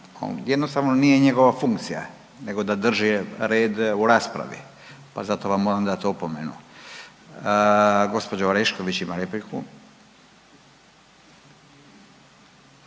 jednostavno nije njegova funkcija nego da drži red u raspravi pa zato vam moram dati opomenu. Gđa. Orešković ima repliku.